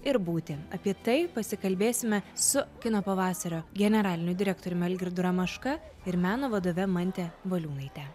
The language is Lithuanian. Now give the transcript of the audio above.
ir būti apie tai pasikalbėsime su kino pavasario generaliniu direktoriumi algirdu ramaška ir meno vadove mante valiūnaite